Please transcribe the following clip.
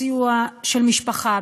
בסיוע של המשפחה,